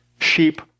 sheep